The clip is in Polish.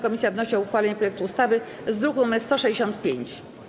Komisja wnosi o uchwalenie projektu ustawy z druku nr 165.